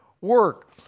work